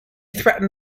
threatened